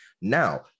now